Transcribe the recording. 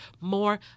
more